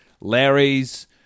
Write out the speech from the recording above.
Larry's